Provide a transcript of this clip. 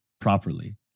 properly